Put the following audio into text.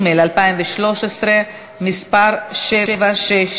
התשע"ה 2014, נתקבלה.